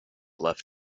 left